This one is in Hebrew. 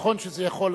נכון שזה יכול,